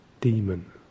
demon